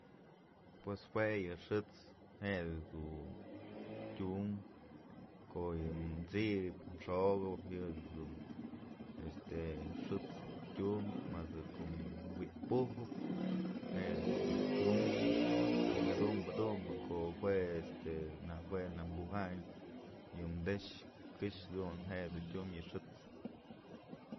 Pues jue yë xët's je'e jedun tyum ko'o yë t'sip xokëp yë jedun este xët's tyum madë ko'o wi'it pujëp je'e dun tyumbë y jadunbë dumbë ko'o jue este naj jue najk bujayn yëm dëx këxë dun je'e dun tyum yë xët's.